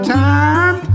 time